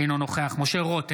אינו נוכח משה רוט,